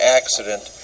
accident